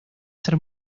ser